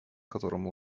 которым